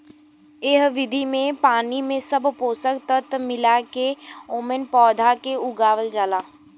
एह विधि में पानी में सब पोषक तत्व मिला के ओमन पौधा के उगावल जाला